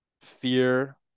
fear